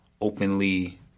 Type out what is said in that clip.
openly